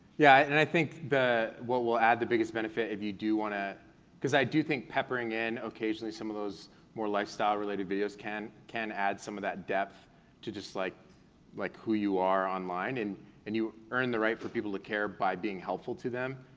yeah, and i think what will add the biggest benefit if you do wanna, cause i do think peppering in occasionally some of those more lifestyle related videos can add add some of that depth to just like like who you are online, and and you earn the right for people to care by being helpful to them,